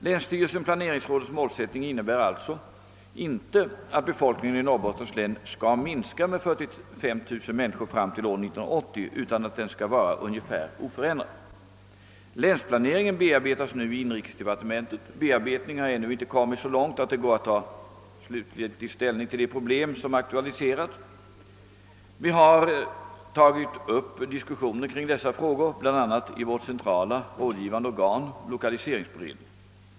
Länsstyrelsen/planeringsrådets målsättning innebär alltså inte att befolkningen i Norrbottens län skall minska med 45 000 människor fram till år 1980 utan att den skall vara ungefär oförändrad. Länsplaneringen bearbetas nu i inrikesdepartementet. Bearbetningen har ännu inte kommit så långt att det går att ta slutlig ställning till de problem som aktualiserats. Vi har tagit upp en diskussion kring dessa frågor bl.a. i vårt centrala rådgivande organ, lokaliseringsberedningen.